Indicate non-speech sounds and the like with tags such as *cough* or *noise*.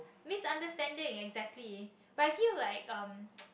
misunderstanding exactly but I feel like um *noise*